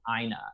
Ina